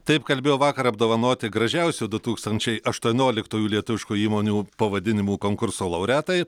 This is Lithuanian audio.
taip kalbėjo vakar apdovanoti gražiausių du tūkstančiai aštuonioliktųjų lietuviškų įmonių pavadinimų konkurso laureatai